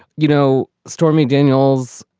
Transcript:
you know, stormy daniels,